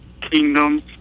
kingdoms